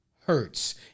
hurts